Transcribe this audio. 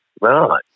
Right